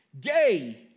gay